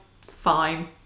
fine